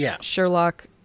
Sherlock